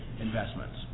investments